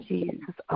Jesus